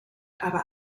aber